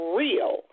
real